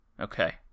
Okay